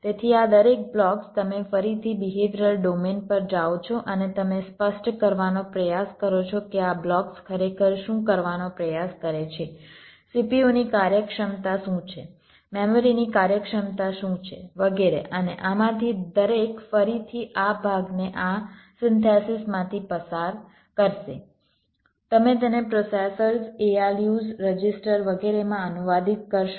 તેથી આ દરેક બ્લોક્સ તમે ફરીથી બિહેવિયરલ ડોમેન પર જાઓ છો અને તમે સ્પષ્ટ કરવાનો પ્રયાસ કરો છો કે આ બ્લોક્સ ખરેખર શું કરવાનો પ્રયાસ કરે છે CPU ની કાર્યક્ષમતા શું છે મેમરીની કાર્યક્ષમતા શું છે વગેરે અને આમાંથી દરેક ફરીથી આ ભાગને આ સિન્થેસિસમાંથી પસાર કરશે તમે તેને પ્રોસેસર્સ ALUs રજિસ્ટર વગેરેમાં અનુવાદિત કરશો